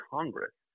Congress